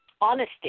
honesty